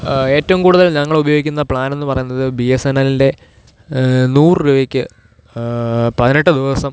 ഏറ്റവും കൂടുതൽ ഞങ്ങളുപയോഗിക്കുന്ന പ്ലാനെന്നു പറയുന്നത് ബി എസ് എൻ എല്ലിൻ്റെ നൂറ് രൂപയ്ക്ക് പതിനെട്ട് ദിവസം